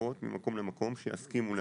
התרופות ממקום למקום, שיסכימו להסיע.